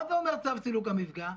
מה אומר צו סילוק המפגע?